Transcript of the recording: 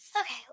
Okay